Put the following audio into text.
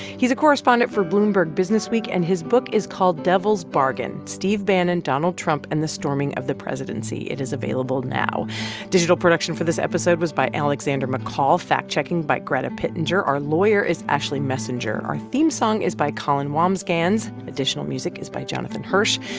he's a correspondent for bloomberg businessweek, and his book is called devil's bargain steve bannon, donald trump and the storming of the presidency. it is available now digital production for this episode was by alexander mccall, fact-checking by greta pittenger. our lawyer is ashley messenger. our theme song is by colin wambsgans. additional music is by jonathan hirsch.